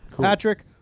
Patrick